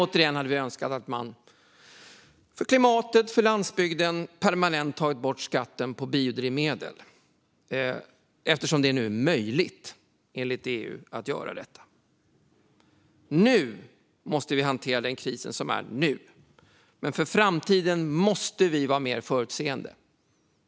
Sedan hade vi önskat att man för klimatet och för landsbygden hade tagit bort skatten på biodrivmedel permanent eftersom det nu är möjligt att göra detta enligt EU. Nu måste vi hantera krisen som är nu. Men för framtiden måste vi vara mer förutseende.